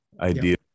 idea